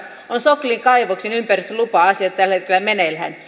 soklin kaivoksen ympäristölupa asiat tällä hetkellä meneillään